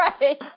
Right